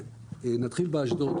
נתחיל באשדוד